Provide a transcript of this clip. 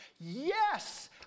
Yes